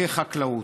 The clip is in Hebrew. בחקלאות,